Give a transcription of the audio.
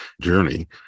journey